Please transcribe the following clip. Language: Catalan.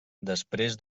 després